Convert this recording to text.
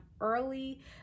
early